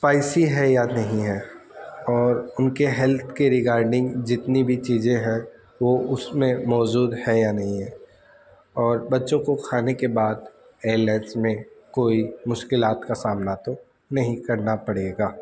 spicy ہے یا نہیں ہے اور ان کے ہیلتھ کے ریگارڈنگ جتنی بھی چیزیں ہیں وہ اس میں موجود ہے یا نہیں ہے اور بچوں کو کھانے کے بعد ایئر لائنز میں کوئی مشکلات کا سامنا تو نہیں کرنا پڑے گا